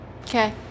Okay